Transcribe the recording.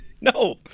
No